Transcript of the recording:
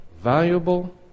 Valuable